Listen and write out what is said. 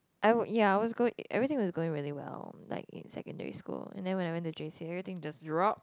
I would ya everything was going really well like in secondary school and then when I went to JC everything just drop